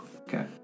Okay